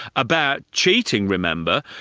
about cheating, remember,